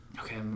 Okay